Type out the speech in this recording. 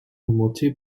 augmenté